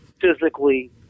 physically